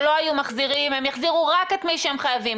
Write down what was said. שלא היו מחזירים הם יחזירו רק את מי שהם חייבים,